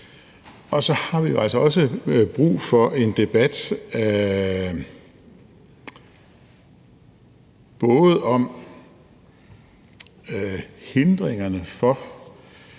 Og så har vi jo altså også brug for en debat om hindringerne for,